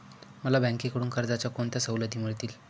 मला बँकेकडून कर्जाच्या कोणत्या सवलती मिळतील?